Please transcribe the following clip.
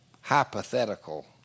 hypothetical